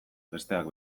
besteak